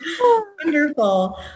Wonderful